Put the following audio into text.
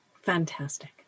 Fantastic